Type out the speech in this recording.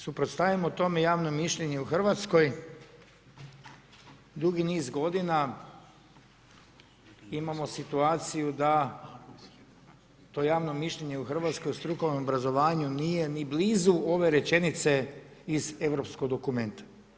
Suprotstavimo tome javno mišljenje u Hrvatskoj, dugi niz godina imamo situaciju da to javno mišljenje u Hrvatskoj u strukovnom obrazovanju nije ni blizu ove rečenice iz europskog dokumenta.